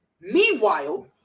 Meanwhile